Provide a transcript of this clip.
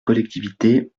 collectivités